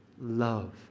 love